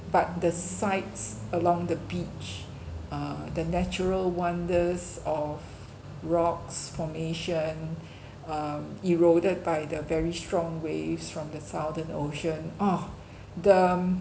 but the sights along the beach uh the natural wonders of rocks from ancient um eroded by the very strong waves from the southern ocean orh the